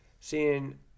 seeing